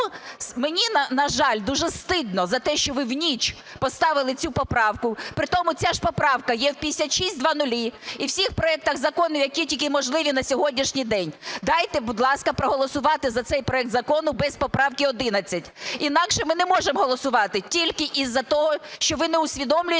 мені, на жаль, дуже стидно за те, що ви в ніч поставили цю поправку, при тому ця ж поправка є в 5600 і у всіх проектах закону, які тільки можливі на сьогоднішній день. Дайте, будь ласка, проголосувати за цей проект закону без поправки 11. Інакше ми не можемо голосувати тільки із-за того, що ви не усвідомлюєте,